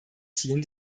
zielen